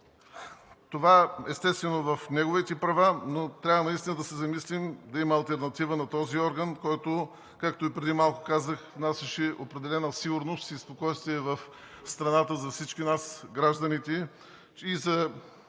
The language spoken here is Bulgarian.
Това, естествено, е в неговите права, но трябва наистина да се замислим да има алтернатива на този орган, който, както и преди малко казах, внасяше определена сигурност и спокойствие в страната за всички нас – гражданите, че и за